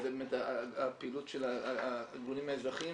וזה הארגונים האזרחיים,